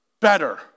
better